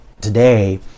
today